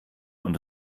und